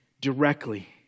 directly